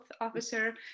officer